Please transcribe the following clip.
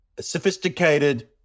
sophisticated